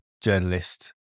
journalist